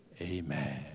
Amen